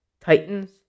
Titans